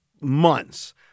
months